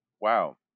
wow